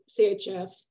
CHS